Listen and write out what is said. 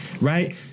Right